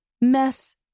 mess